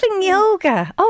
yoga